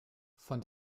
von